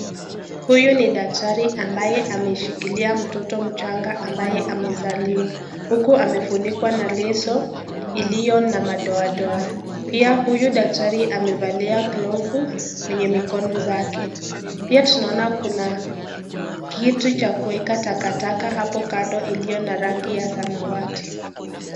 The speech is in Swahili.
Huyu ni daktari ambaye ameshikilia mtoto mchanga ambaye amezaliwa. Huku amefunikwa na leso iliyo na madoadoa, pia huyu daktari amevalia glovu kwenye mikono zake . Pia tunaona kuna kitu cha kuweka takataka hapo kando iliyo na rangi ya samawati .